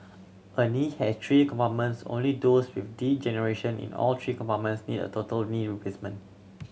a knee has three compartments only those with degeneration in all three compartments need a total knee replacement